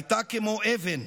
הייתה כמו אבן,